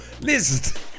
Listen